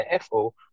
FO